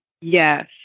Yes